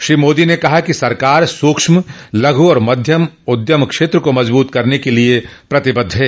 श्री मोदी ने कहा कि सरकार सूक्ष्म लघु और मध्यम उद्यम क्षेत्र को मजबूत करने के लिए प्रतिबद्ध है